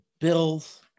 Bills